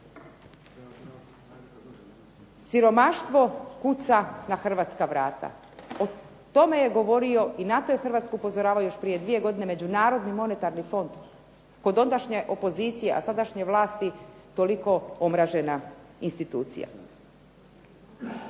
Siromaštvo kuca na hrvatska vrata. O tome je govorio i na to je Hrvatsku upozoravao još prije dvije godine Međunarodni monetarni fond, kod ondašnje opozicije, a sadašnje vlasti toliko omražena institucija.